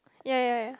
ya ya